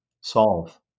solve